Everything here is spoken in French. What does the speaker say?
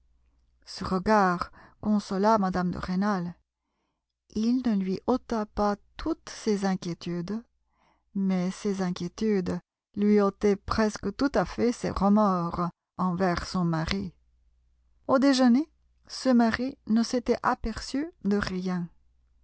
ce regard consola mme de rênal il ne lui ôta pas toutes ses inquiétudes mais ses inquiétudes lui ôtaient presque tout à fait ses remords envers son mari au déjeuner ce mari ne s'était aperçu de rien